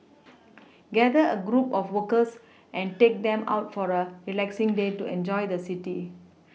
gather a group of workers and take them out for a relaxing day to enjoy the city